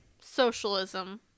socialism